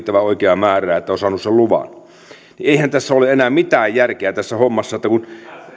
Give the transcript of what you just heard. riittävän oikeaa määrää että on saanut luvan eihän tässä hommassa ole enää mitään järkeä kun